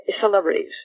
celebrities